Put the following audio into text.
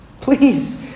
Please